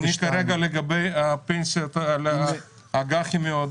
אני מדבר כרגע על האג"חים מיועדות.